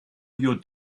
your